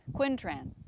quin tran.